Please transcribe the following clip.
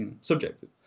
subjective